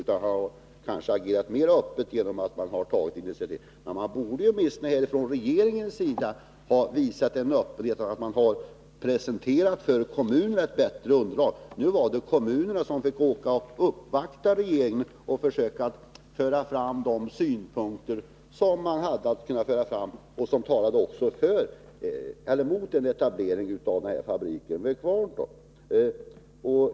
Då har han kanske agerat mer öppet och tagit initiativ. Men man borde åtminstone från regeringens sida ha visat en sådan öppenhet att man för kommunerna presenterat ett bättre underlag. Nu var det kommunerna som fick åka och uppvakta regeringen och försöka föra fram de synpunkter som man hade att föra fram och som talade emot en etablering av den här fabriken i Kvarntorp.